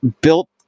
built